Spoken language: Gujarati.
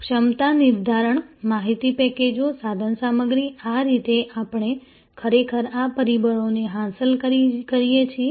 ક્ષમતા નિર્ધારણ માહિતી પેકેજો સાધનસામગ્રી આ રીતે આપણે ખરેખર આ પરિબળોને હાંસલ કરીએ છીએ